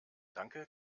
danke